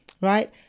Right